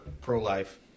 pro-life